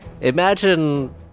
Imagine